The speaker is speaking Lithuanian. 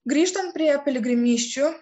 grįžtant prie piligrimysčių